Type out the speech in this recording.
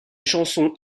chansons